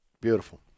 Beautiful